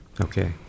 Okay